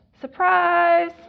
Surprise